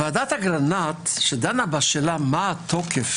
ועדת אגרנט שדנה בשאלה מה התוקף